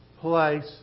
place